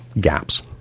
gaps